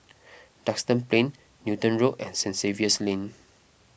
Duxton Plain Newton Road and St Xavier's Lane